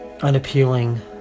unappealing